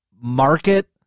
market